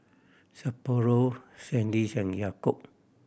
Sapporo Sandisk and Yakult